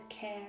care